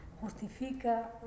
justifica